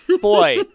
boy